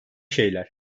şeyler